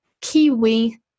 kiwi